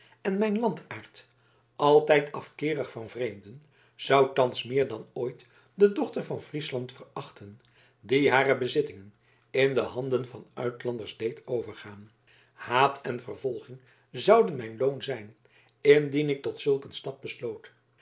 en mijn landaard altijd afkeerig van vreemden zou thans meer dan ooit de dochter van friesland verachten die hare bezittingen in de handen van uitlanders deed overgaan haat en vervolging zouden mijn loon zijn indien ik tot zulk een stap besloot